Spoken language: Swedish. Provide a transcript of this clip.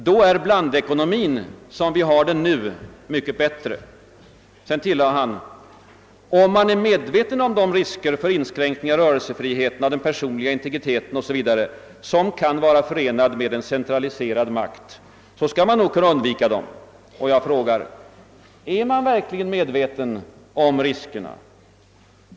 Då är blandekonomin, så som vi har den nu, mycket bättre.» Men, tillade han, «»om man är medveten om de risker för inskränkning av rörelsefriheten, av den personliga integriteten osv. som kan vara förenad med en centraliserad makt, så nog skall man kunna undvika den«. Jag frågar: är man verkligen medveten om riskerna?